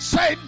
Say